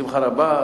בשמחה רבה.